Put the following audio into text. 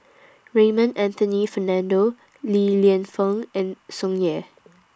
Raymond Anthony Fernando Li Lienfung and Tsung Yeh